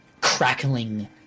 crackling